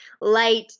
light